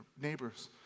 neighbors